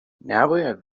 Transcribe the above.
نباید